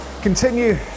continue